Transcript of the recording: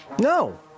No